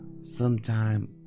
sometime